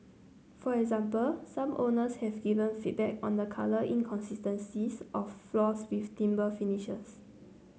for example some owners have given feedback on the colour inconsistencies of floors with timber finishes